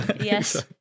yes